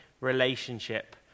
relationship